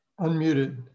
unmuted